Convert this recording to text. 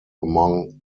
among